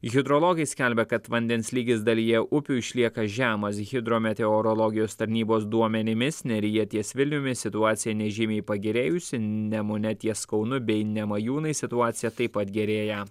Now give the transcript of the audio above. hidrologai skelbia kad vandens lygis dalyje upių išlieka žemas hidrometeorologijos tarnybos duomenimis neryje ties vilniumi situacija nežymiai pagerėjusi nemune ties kaunu bei nemajūnais situacija taip pat gerėja